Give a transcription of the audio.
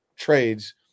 trades